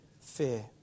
fear